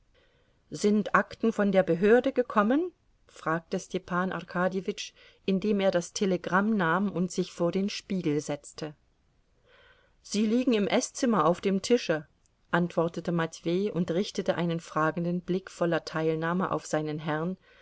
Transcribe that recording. sind akten von der behörde gekommen fragte stepan arkadjewitsch indem er das telegramm nahm und sich vor den spiegel setzte sie liegen im eßzimmer auf dem tische antwortete matwei und richtete einen fragenden blick voller teilnahme auf seinen herrn